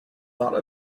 thought